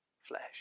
flesh